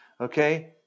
Okay